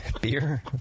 beer